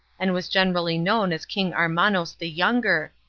and was generally known as king armanos the younger,